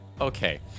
Okay